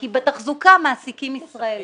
כי בתחזוקה מעסיקים ישראלים.